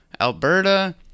Alberta